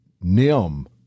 Nim